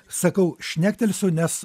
sakau šnektelsiu nes